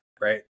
Right